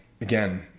again